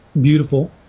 beautiful